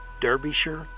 Derbyshire